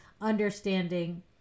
understanding